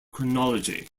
chronology